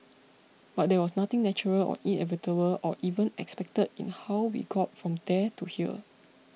but there was nothing natural or inevitable or even expected in how we got from there to here